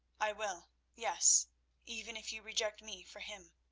i will yes even if you reject me for him.